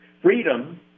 Freedom